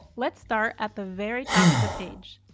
let's start at the very top of the page.